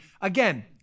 again